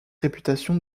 réputation